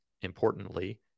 importantly